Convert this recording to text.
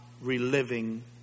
reliving